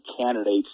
candidates